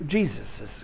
Jesus